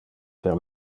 per